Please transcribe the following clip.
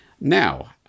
Now